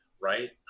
right